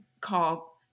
call